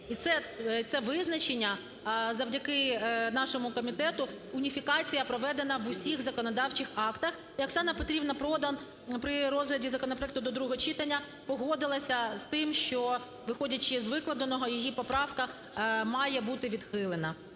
І це визначення завдяки нашому комітету уніфікація проведена в усіх законодавчих актах. І Оксана Петрівна Продан при розгляді законопроекту до другого читання погодилася з тим, що, виходячи з викладеного, її поправка має бути відхилена.